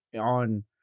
on